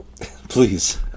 please